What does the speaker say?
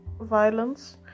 violence